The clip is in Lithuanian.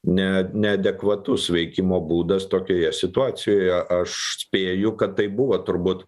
ne neadekvatus veikimo būdas tokioje situacijoje aš spėju kad tai buvo turbūt